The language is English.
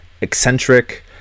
eccentric